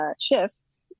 shifts